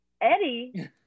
Eddie